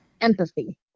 Empathy